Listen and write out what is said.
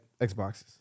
Xboxes